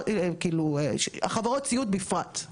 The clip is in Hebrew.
ולכן במקרה הזה,